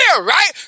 right